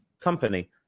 company